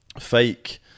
fake